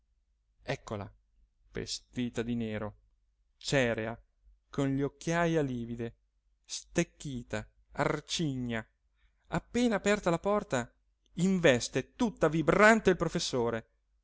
eccola vestita di nero cerea con le occhiaje livide stecchita arcigna appena aperta la porta investe tutta vibrante il professore